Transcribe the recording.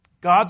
God